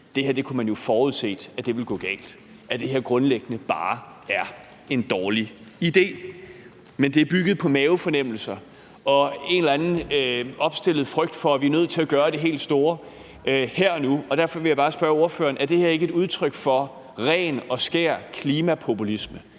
Det her kunne man jo forudse ville gå galt; det her er grundlæggende bare en dårlig idé. Det er bygget på mavefornemmelser og en eller anden opstillet frygt, som gør, at vi er nødt til at gøre det helt store her og nu. Derfor vil jeg bare spørge ordføreren: Er det her ikke et udtryk for ren og skær klimapopulisme?